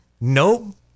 Nope